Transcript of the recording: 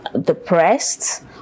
depressed